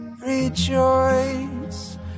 rejoice